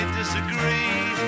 disagree